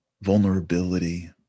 vulnerability